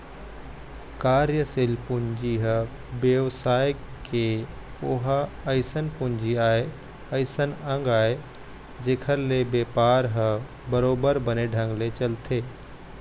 कार्यसील पूंजी ह बेवसाय के ओहा अइसन पूंजी आय अइसन अंग आय जेखर ले बेपार ह बरोबर बने ढंग ले चलथे